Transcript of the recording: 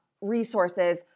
resources